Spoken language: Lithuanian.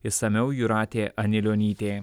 išsamiau jūratė anilionytė